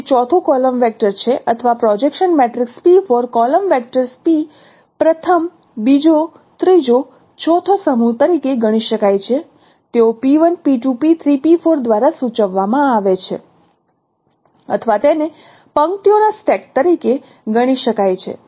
તે ચોથું column vector છે અથવા projection matrix column vectors p પ્રથમ બીજો ત્રીજો ચોથો સમૂહ તરીકે ગણી શકાય તેઓ દ્વારા સૂચવવામાં આવે છે અથવા તેને પંક્તિઓના સ્ટેક તરીકે ગણી શકાય છે